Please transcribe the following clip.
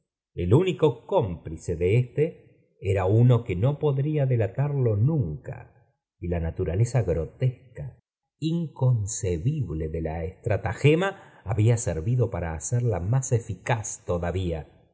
el único cómplice de éste era uno que no podría delatark nunca y la naturaleza grotesca inconcebible de la estratagema habla servido para hacerla más lien todavía